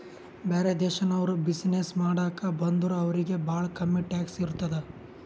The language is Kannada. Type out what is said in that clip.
ಬ್ಯಾರೆ ದೇಶನವ್ರು ಬಿಸಿನ್ನೆಸ್ ಮಾಡಾಕ ಬಂದುರ್ ಅವ್ರಿಗ ಭಾಳ ಕಮ್ಮಿ ಟ್ಯಾಕ್ಸ್ ಇರ್ತುದ್